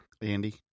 Andy